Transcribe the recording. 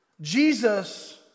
Jesus